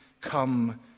come